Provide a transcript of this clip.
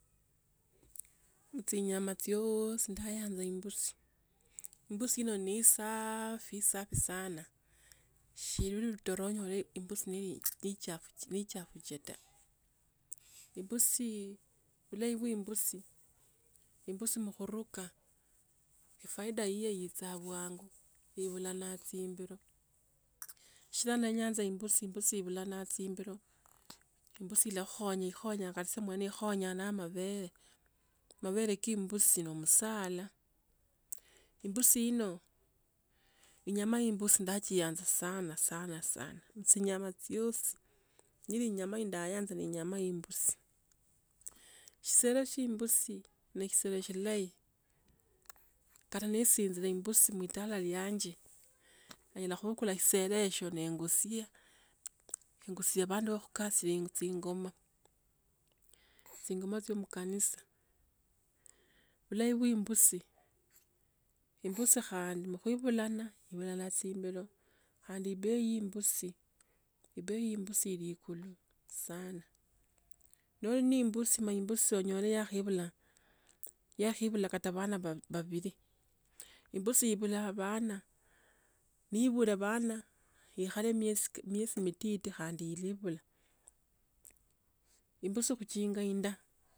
Mchinyama chwooosi nayaanza imbusi. Imbusi ino ni isaaafi isafi sana. Sheli ulotona unyole imbusi ne chafu che ne chafuche taa. Imbusiii bulai bwa imbusi, imbusi mukhuruka, ifauda iyo icha bwangu iphulala timbiro. Sikila niyaanza imbusi mbusi ibulana timbiro, imbusi ilakhonye khonya kaise mwene bwangu ikhonya na mabhele. Khu mabhele kaa imbusi no musala. imbusi ino, inyama ya imbusi nayachianza sana sana sana mchinyama choswi. Nyiri nyama indayaanza ne nyama i mbusi, sishelo shya mbusi ni sishelo shilayi, kata nesinjile imbusi mlitala iwanje. Nyala kubukula sishelo iswo nangusilua, nangusilia bandu ba kukasia ingoma, tsi ngoma tsio mkanisa, mulayi bwa imbusi, imbusi khandi, mu kuibulana, bhullala tsimbero. Khandi ibei ya imbusi ibei imbusi ili ikulu sana. No ili ne imbusi ma imbusi so nyola yakhaeibula, yakhaeibula kata bana bav-bavili. Imbusi ibhula bhana, ne ibhula bhana neikhala miezi khat miezi mititi khandi ni ibula. Imbusi kukinga inda.